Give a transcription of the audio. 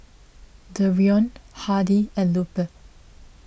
Dereon Hardy and Lupe